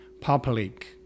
public